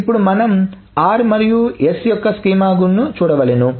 ఇప్పుడు మనం r మరియు s యొక్క స్కీమా గురించి చూడవలెను